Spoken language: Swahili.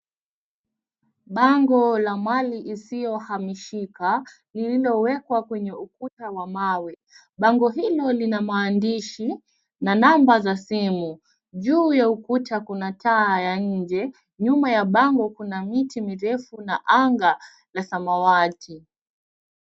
Bango la mali isiyohamishika ,lililowekwa kwenye ukuta wa mawe. Bango hilo lina maandishi na namba za simu. Juu ya ukuta kuna taa ya nje, nyuma ya bango kuna miti mirefu na anga la samawati.